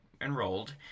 enrolled